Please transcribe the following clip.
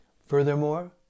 Furthermore